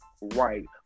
right